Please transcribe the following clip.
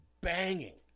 banging